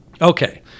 Okay